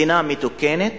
מדינה מתוקנת